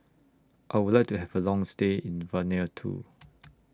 I Would like to Have A Long stay in Vanuatu